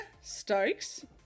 Stokes